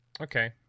Okay